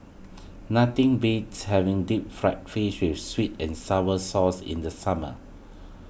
nothing beats having Deep Fried Fish with Sweet and Sour Sauce in the summer